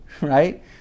right